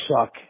suck